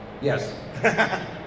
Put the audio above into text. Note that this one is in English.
Yes